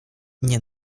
nie